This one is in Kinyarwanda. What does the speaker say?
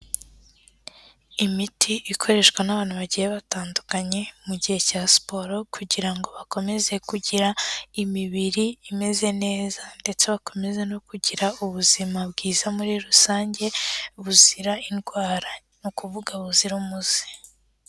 Imiti ikoreshwa n'abantu bagiye batandukanye mu gihe cya siporo kugira ngo bakomeze kugira imibiri imeze neza ndetse bakomeze no kugira ubuzima bwiza muri rusange buzira indwara, ni ukuvuga buzira umuze.